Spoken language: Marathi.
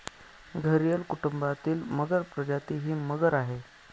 घरियल कुटुंबातील मगर प्रजाती ही मगर आहे